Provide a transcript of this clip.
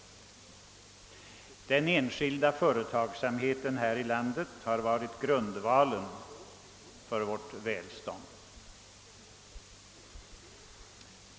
Den enskilda företagsamheten här i landet har varit grunden för vårt välstånd.